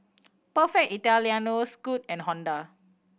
Perfect Italiano Scoot and Honda